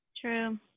True